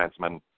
defenseman